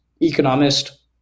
economist